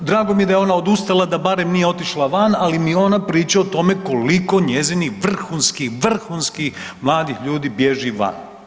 A drago mi je da je ona odustala da barem nije otišla van, ali mi ona priča o tome koliko njezinih vrhunskih, vrhunskih mladih ljudi bježi van.